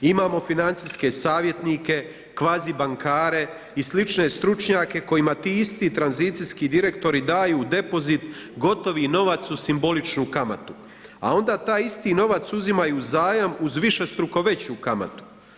Imamo financijske savjetnike, kvazibankare i slične stručnjake kojima ti isti tranzicijski direktori daju depozit gotovi novac uz simboličnu kamatu, a onda taj isti novac uzimaju u zajam uz višestruko veću kamatu.